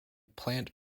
plant